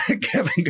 Kevin